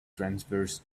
transverse